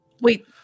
Wait